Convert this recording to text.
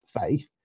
faith